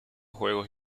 juegos